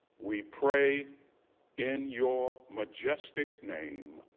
we pray in your majestic name.